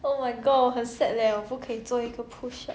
oh my god 我很 sad leh 我不可以做一个 push-up